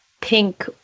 Pink